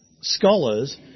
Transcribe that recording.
scholars